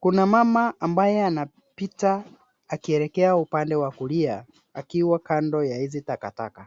Kuna mama ambaye anapita akielekea upande wa kulia, akiwa kando ya hizi takataka.